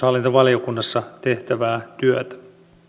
hallintovaliokunnassa tehtävää työtä